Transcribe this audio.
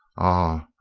ah!